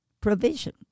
provision